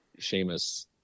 Seamus